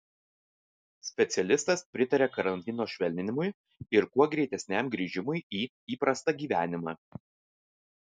specialistas pritaria karantino švelninimui ir kuo greitesniam grįžimui į įprastą gyvenimą